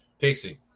Pixie